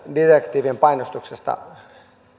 direktiivien painostuksesta